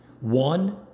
One